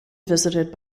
visited